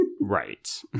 Right